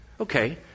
okay